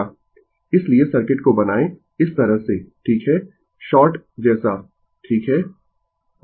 इसलिए सर्किट को बनाएं इस तरह से ठीक है शॉर्ट जैसा ठीक है